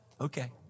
Okay